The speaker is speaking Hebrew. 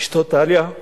אשתו טליה,